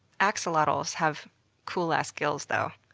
axolotls have cool-ass gills though.